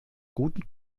guten